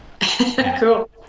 Cool